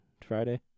Friday